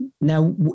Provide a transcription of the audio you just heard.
Now